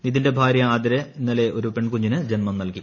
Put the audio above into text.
നിതിന്റെ ഭാര്യ ആതിര ഇന്നലെ ഒരു പെൺകുഞ്ഞിന് ജന്മം നൽകി